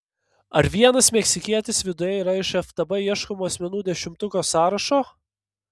ar vienas meksikietis viduje yra iš ftb ieškomų asmenų dešimtuko sąrašo